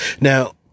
Now